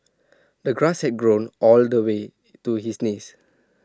the grass had grown all the way to his knees